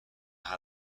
how